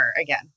again